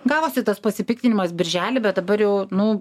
gavosi tas pasipiktinimas birželį bet dabar jau nu